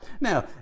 Now